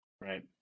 Right